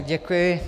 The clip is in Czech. Děkuji.